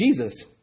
Jesus